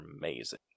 amazing